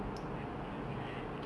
he like he like one malaikat like that